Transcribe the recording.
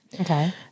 Okay